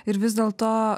ir vis dėlto